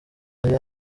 ari